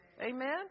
amen